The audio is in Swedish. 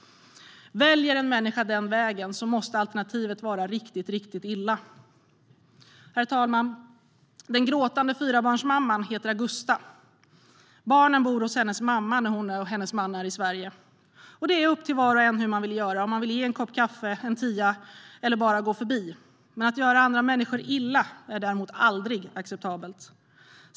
Väljer en människa den vägen måste alternativet vara riktigt, riktigt illa. Herr talman! Den gråtande fyrabarnsmamman heter Agusta. Barnen bor hos hennes mamma när hon och hennes man är i Sverige. Det är upp till var och en hur man vill göra: att ge en kopp kaffe, en tia, eller att bara gå förbi. Men att göra andra människor illa är däremot aldrig acceptabelt.